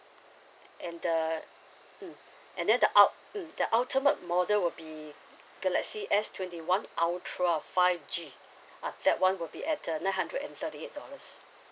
and the mm and then the ult~ mm the ultimate model will be galaxy S twenty one ultra five G uh that one will be at a nine hundred and thirty eight dollars